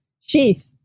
sheath